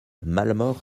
malemort